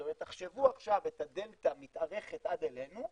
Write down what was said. זאת אומרת תחשבו עכשיו את הדלתא מתארכת עד אלינו,